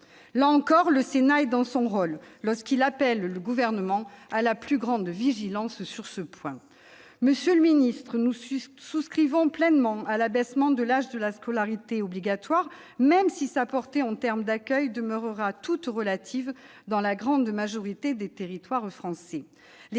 Là encore, le Sénat est dans son rôle lorsqu'il appelle le Gouvernement à la plus grande vigilance sur ce point. Monsieur le ministre, nous souscrivons pleinement à l'abaissement de l'âge de la scolarité obligatoire, même si sa portée, en termes d'accueil, demeurera toute relative dans la grande majorité des territoires français.